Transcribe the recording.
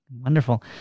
Wonderful